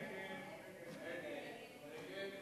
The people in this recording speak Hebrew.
הסתייגות